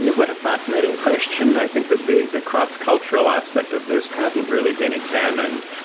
yeah what a fascinating question! i think that the the cross-cultural aspect of this hasn't really been examined,